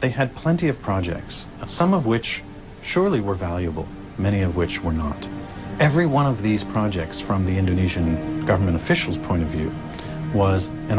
they had plenty of projects some of which surely were valuable many of which were not every one of these projects from the indonesian government officials point of view was an